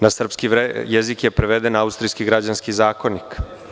Na srpski jezik je preveden austrijski građanski zakonik.